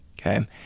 okay